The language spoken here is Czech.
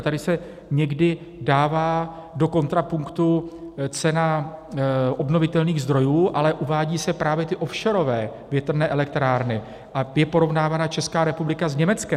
Tady se někdy dává do kontrapunktu cena obnovitelných zdrojů, ale uvádí se právě ty offshorové větrné elektrárny a je porovnávána Česká republika s Německem.